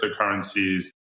cryptocurrencies